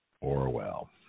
Orwell